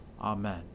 Amen